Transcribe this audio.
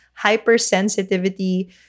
hypersensitivity